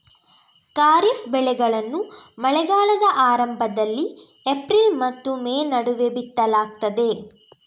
ಖಾರಿಫ್ ಬೆಳೆಗಳನ್ನು ಮಳೆಗಾಲದ ಆರಂಭದಲ್ಲಿ ಏಪ್ರಿಲ್ ಮತ್ತು ಮೇ ನಡುವೆ ಬಿತ್ತಲಾಗ್ತದೆ